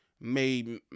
made